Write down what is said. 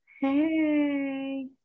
Hey